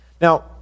Now